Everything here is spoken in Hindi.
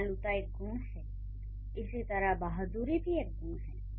दयालुता एक गुण है इसी तरह बहादुरी भी एक गुण है